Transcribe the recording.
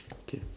K